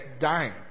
dying